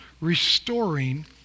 restoring